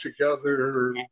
together